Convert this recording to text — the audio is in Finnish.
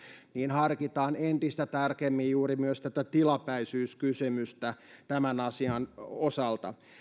niin harkitaan entistä tarkemmin juuri myös tätä tilapäisyyskysymystä tämän asian osalta